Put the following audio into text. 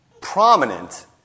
prominent